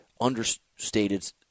understated